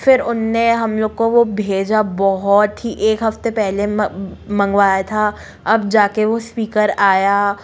फिर उनने हम लोग को वो भेजा बहुत ही एक हफ्ते पहले मंगवाया था अब जाके वो स्पीकर आया